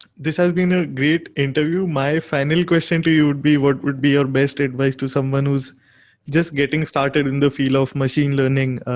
this has been a great interview. my final question to you would be what would be your best advice to someone who's just getting started in the field of machine learning,